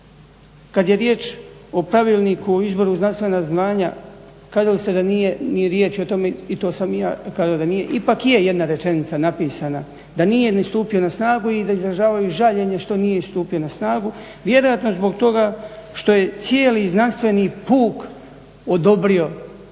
Kada je riječ o Pravilniku o izboru u znanstvena zvanja kazali ste da nije ni riječi o tome i to sam i ja kazao ipak je jedna rečenica napisana, da nije ni stupio na snagu i da izražavaju žaljenje što nije stupio na snagu. Vjerojatno zbog toga što je cijeli znanstveni puk odobrio takav